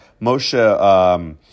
Moshe